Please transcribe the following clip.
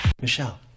Michelle